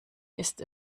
ist